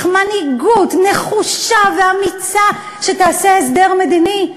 מנהיגות נחושה ואמיצה שתעשה הסדר מדיני.